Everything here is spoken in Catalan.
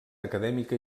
acadèmica